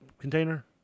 container